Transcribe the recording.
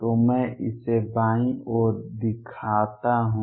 तो मैं इसे बाईं ओर दिखाता हूं